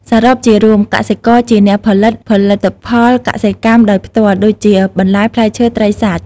សរុបជារួម កសិករជាអ្នក ផលិត ផលិផលកសិកម្មដោយផ្ទាល់ ដូចជា បន្លែ ផ្លែឈើ ត្រី សាច់។